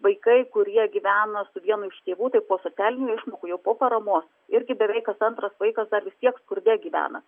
vaikai kurie gyvena su vienu iš tėvų tai po socialinių išmokų jau po paramos irgi beveik kas antras vaikas dar vis tiek skurde gyvena